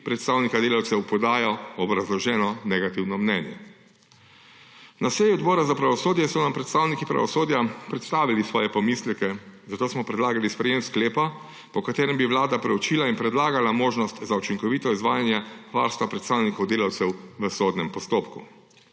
predstavnika delavcev, podajo obrazloženo negativno mnenje. Na seji Odbora za pravosodje so nam predstavniki pravosodja predstavili svoje pomisleke, zato smo predlagali sprejetje sklepa, po katerem bi vlada preučila in predlagala možnost za učinkovito izvajanje varstva predstavnikov delavcev v sodnem postopku.